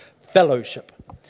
Fellowship